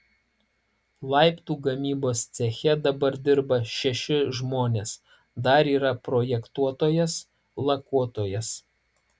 laiptų gamybos ceche dabar dirba šeši žmonės dar yra projektuotojas lakuotojas